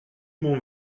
m’en